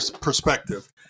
perspective